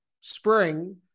spring